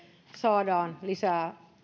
saadaan lisää